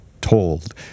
told